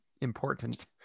important